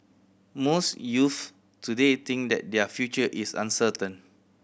most youths today think that their future is uncertain